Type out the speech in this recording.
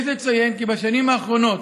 יש לציין כי בשנים האחרונות